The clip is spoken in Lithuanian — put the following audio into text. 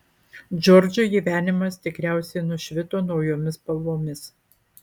džordžui gyvenimas tikriausiai nušvito naujomis spalvomis